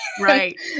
Right